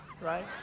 right